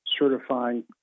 certifying